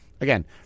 again